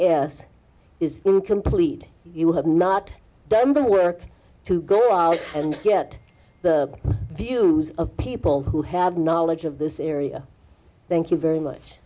s is incomplete you have not done work to go out and get the views of people who have knowledge of this area thank you very much